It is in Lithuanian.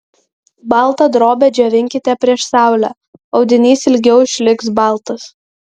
baltą drobę džiovinkite prieš saulę audinys ilgiau išliks baltas